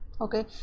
okay